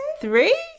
Three